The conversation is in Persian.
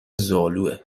زالوئه